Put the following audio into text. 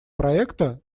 проекта